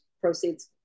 proceeds